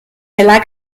heller